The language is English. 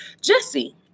Jesse